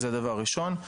זה דבר ראשון,